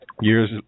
years